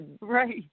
right